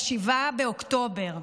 ב-7 באוקטובר.